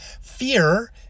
fear